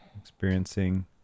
experiencing